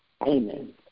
Amen